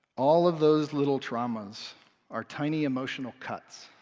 all of those little traumas are tiny emotional cuts,